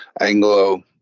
Anglo